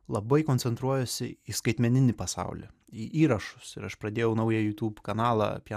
labai koncentruojuosi į skaitmeninį pasaulį į įrašus ir aš pradėjau naują youtube kanalą apie